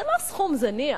זה לא סכום זניח,